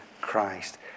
Christ